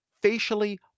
facially